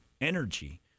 energy